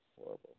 Horrible